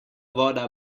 voda